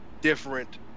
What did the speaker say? different